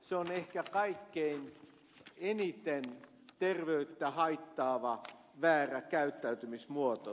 tupakointi on ehkä kaikkein eniten terveyttä haittaava väärä käyttäytymismuoto